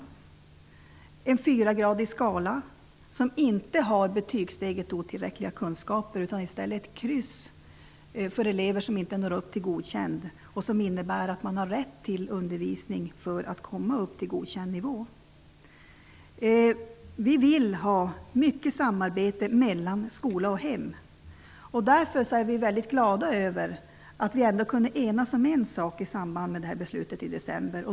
Det skall vara en fyragradig skala som inte har betygssteget ''otillräckliga kunskaper'' utan i stället ett kryss för elever som inte når upp till ''godkänd''. Det skulle innebära att man har rätt till undervisning för att komma upp till godkänd nivå. Vi vill ha mycket samarbete mellan skola och hem. Därför är vi väldigt glada över att vi ändå kunde enas om en sak i samband med beslutet i december.